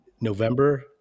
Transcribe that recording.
November